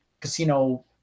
casino